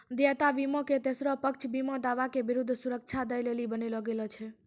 देयता बीमा के तेसरो पक्ष बीमा दावा के विरुद्ध सुरक्षा दै लेली बनैलो गेलौ छै